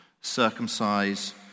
circumcise